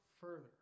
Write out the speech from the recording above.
further